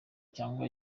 cyangwa